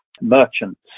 merchants